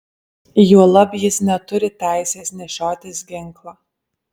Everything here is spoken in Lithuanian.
juolab jis neturi teisės nešiotis ginklą